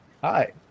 Hi